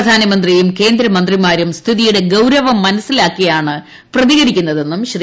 പ്രധാനമന്ത്രിയും കേന്ദ്ര മന്ത്രിമാരും സ്ഥിതിയുടെ ഗൌരവം മനസിലാക്കിയാണ് പ്രതികരിക്കുന്നതെന്നും ശ്രീ